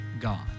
God